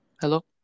Hello